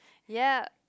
yep